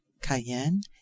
cayenne